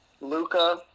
Luca